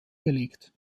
gelegt